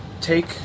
Take